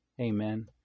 Amen